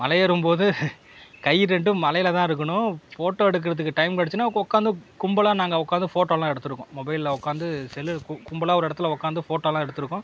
மலை ஏறும்போது கை ரெண்டும் மலையில் தான் இருக்கணும் ஃபோட்டோ எடுக்கிறதுக்கு ஃடைம் கிடச்சுதுன்னாக்கா உட்காந்து கும்பலாக நாங்கள் உட்காந்து கும்பலாக ஃபோட்டோலாம் எடுத்துருக்கோம் ஃமொபைலில் உட்காந்து செல்லில் கு கும்பலாக ஒரு இடத்துல உட்காந்து ஃபோட்டோலாம் எடுத்துருக்கோம்